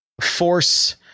force